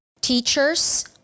teachers